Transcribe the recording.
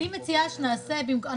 איציק,